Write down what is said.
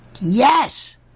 yes